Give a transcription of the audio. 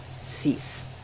cease